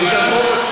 בהידברות.